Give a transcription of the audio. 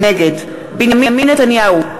נגד בנימין נתניהו,